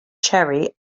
cherry